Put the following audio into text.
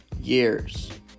years